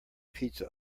pizza